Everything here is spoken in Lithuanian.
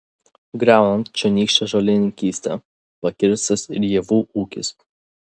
griaunant čionykštę žolininkystę pakirstas ir javų ūkis